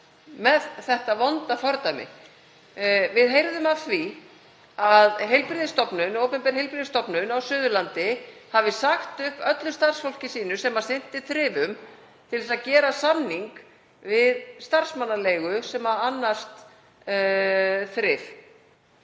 með þetta vonda fordæmi. Við heyrðum af því að opinber heilbrigðisstofnun á Suðurlandi hafi sagt upp öllu starfsfólki sínu sem sinnti þrifum til að gera samning við starfsmannaleigu sem annast þrif